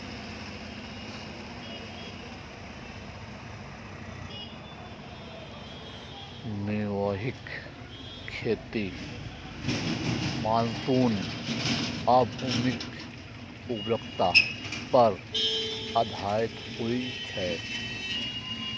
निर्वाह खेती मानसून आ भूमिक उर्वरता पर आधारित होइ छै